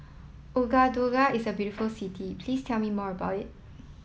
Ouagadougou is a very beautiful city Please tell me more about it